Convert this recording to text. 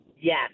Yes